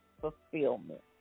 fulfillment